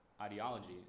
ideology